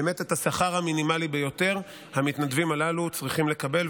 באמת את השכר המינימלי ביותר המתנדבים הללו צריכים לקבל,